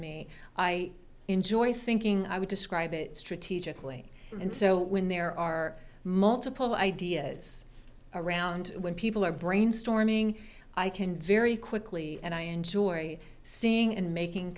me i enjoy thinking i would describe it strategically and so when there are multiple ideas around when people are brainstorming i can very quickly and i enjoy seeing and making